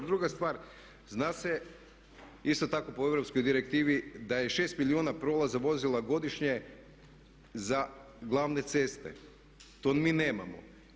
Druga stvar, zna se isto tako po europskoj direktivi da je 6 milijuna prolaza vozila godišnje za glavne ceste, to mi nemamo.